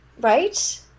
Right